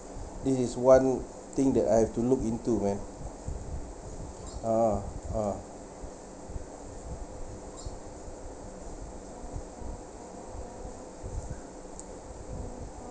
this is one thing that I have to look into man a'ah ah